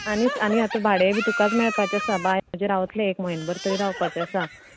आनी आनी आतां भाडेय बी तुकाच मेळपाचें आसा बाय म्हजे रावतलें एक म्हयनो भर थंय रावपाचें आसा